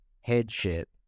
headship